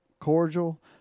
cordial